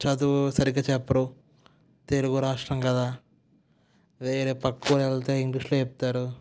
చదువు సరిగ్గా చెప్పరు తెలుగు రాష్ట్రం కదా వేరే ప్రక్క ఊరు వెళితే ఇంగ్లీషులో చెప్తారు